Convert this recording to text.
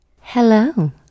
Hello